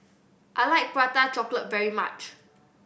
I like Prata Chocolate very much